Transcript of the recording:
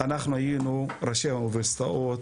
אנחנו היינו ראשי האוניברסיטאות,